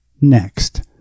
next